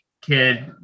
kid